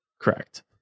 Correct